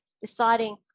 deciding